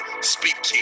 speaking